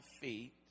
feet